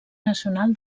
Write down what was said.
nacional